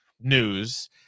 news